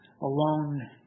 Alone